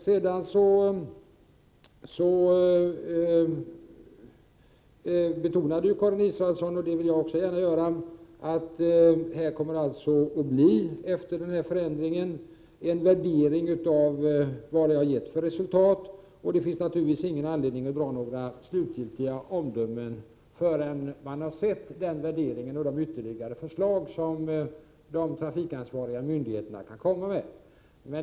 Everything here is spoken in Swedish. Karin Israelsson betonade, och det vill jag också gärna göra, att det skall göras en utvärdering av förändringen för att se vad den har gett för resultat. Det finns ingen anledning att göra några slutgiltiga omdömen förrän vi har sett utvärderingen och de ytterligare förslag som de trafikansvariga myndigheterna kan komma med.